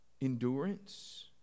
endurance